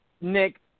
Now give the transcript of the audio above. Nick